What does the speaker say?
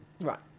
Right